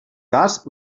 cas